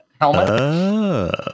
helmet